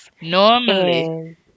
Normally